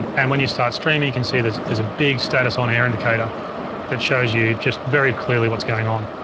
and when you start streaming you can see there's there's a big status on-air indicator that shows you just very clearly what's going on.